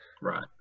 Right